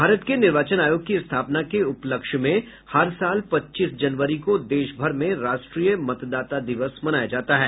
भारत के निर्वाचन आयोग की स्थापना के उपलक्ष्य में हर साल पच्चीस जनवरी को देशभर में राष्ट्रीय मतदाता दिवस मनाया जाता है